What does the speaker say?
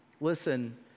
Listen